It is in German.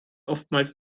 oftmals